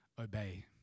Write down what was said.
obey